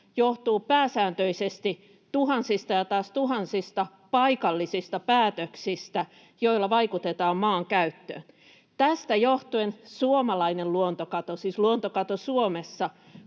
johtuu pääsääntöisesti tuhansista ja taas tuhansista paikallisista päätöksistä, joilla vaikutetaan maankäyttöön. Tästä johtuen suomalainen luontokato, siis luontokato Suomessa,